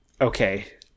Okay